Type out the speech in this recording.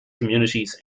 communities